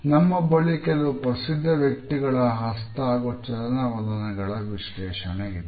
ನಮ್ಮ ಬಳಿ ಕೆಲವು ಪ್ರಸಿದ್ಧ ವ್ಯಕ್ತಿಗಳ ಹಸ್ತ ಹಾಗೂ ಚಲನವಲನಗಳ ವಿಶ್ಲೇಷಣೆ ಇದೆ